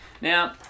Now